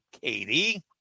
katie